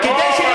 בוודאי.